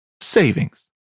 savings